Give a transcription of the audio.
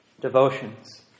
devotions